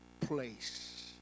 place